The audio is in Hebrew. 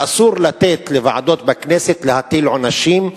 ואסור לתת לוועדות בכנסת להטיל עונשים,